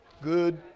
Good